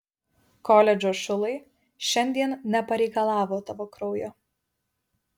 koledžo šulai šiandien nepareikalavo tavo kraujo